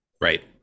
right